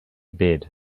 bed